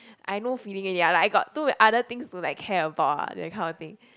I no feeling already like I got too many other things to like care about ah that kind of thing